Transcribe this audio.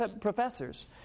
professors